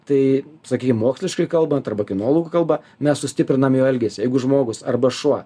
tai sakym moksliškai kalbant arba kinologų kalba mes sustiprinam jo elgesį jeigu žmogus arba šuo